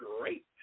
great